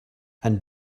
and